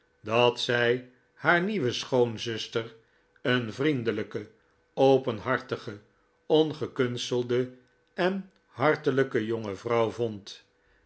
dat zij haar nieuwe schoonzuster een vriendelijke openhartige ongekunstelde en hartelijke jonge vrouw vond